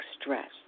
stress